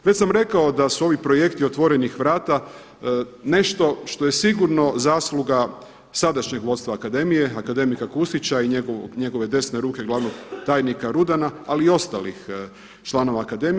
Već sam rekao da su ovi projekti otvorenih vrata nešto što je sigurno zasluga sadašnjeg vodstva akademije, akademika Kusića i njegove desne ruke glavnog tajnika Rudana ali i ostalih članova akademije.